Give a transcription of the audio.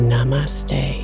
Namaste